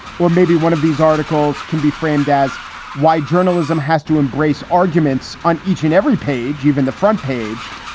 or maybe one of these articles can be framed as why journalism has to embrace arguments on each and every page, even the front page,